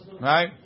right